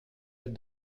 had